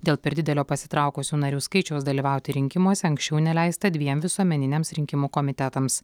dėl per didelio pasitraukusių narių skaičiaus dalyvauti rinkimuose anksčiau neleista dviem visuomeniniams rinkimų komitetams